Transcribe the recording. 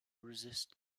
resist